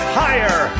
higher